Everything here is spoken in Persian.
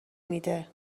میده